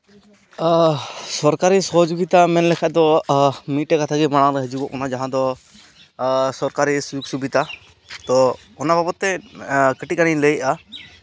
ᱥᱚᱨᱠᱟᱨᱤ ᱥᱚᱦᱚᱡᱳᱜᱤᱛᱟ ᱢᱮᱱ ᱞᱮᱠᱷᱟᱡ ᱫᱚ ᱢᱤᱫᱴᱮᱡ ᱠᱟᱛᱷᱟ ᱜᱮ ᱢᱟᱲᱟᱝ ᱨᱮ ᱦᱤᱡᱩᱜᱚᱜ ᱠᱟᱱᱟ ᱡᱟᱦᱟᱸ ᱫᱚ ᱥᱚᱨᱠᱟᱨᱤ ᱥᱩᱡᱳᱜᱽ ᱥᱩᱵᱤᱫᱷᱟ ᱛᱳ ᱚᱱᱟ ᱵᱟᱵᱚᱫ ᱛᱮ ᱠᱟᱹᱴᱤᱡ ᱜᱟᱱᱤᱧ ᱞᱟᱹᱭᱮᱫᱟ